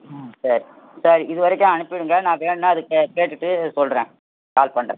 ம் சரி சரி இதுவரைக்கும் அனுப்பிடுங்கள் நான் வேணும்னா அது கே கேட்டுவிட்டு சொல்லுறேன் கால் பண்ணுறேன்